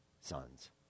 sons